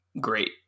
great